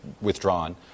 withdrawn